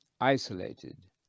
isolated